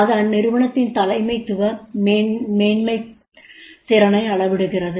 அது அந்நிறுவனத்தின் தலைமைத்துவ மேன்மைத் திறனை அளவிடுகிறது